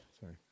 Sorry